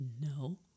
No